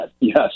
yes